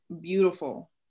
beautiful